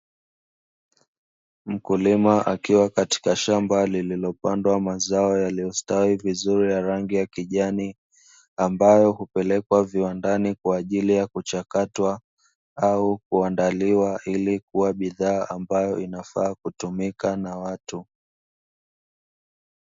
Mkulima akiwa katika shamba lililopandwa mazao yaliyostawi vizuri ya rangi ya kijani, ambayo hupelekwa viwandani kwa ajili ya kuchakatwa, au kuandaliwa ili kuwa bidhaa ambayo inafaa kutumika na watu.